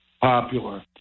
popular